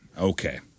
Okay